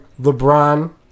LeBron